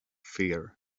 fear